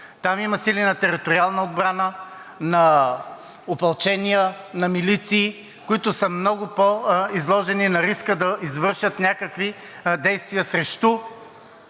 Там има сили на териториална отбрана, на опълчения, на милиции, които са много по-изложени на риска да извършат някакви действия